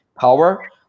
power